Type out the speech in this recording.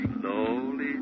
Slowly